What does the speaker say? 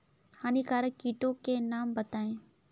हानिकारक कीटों के नाम बताएँ?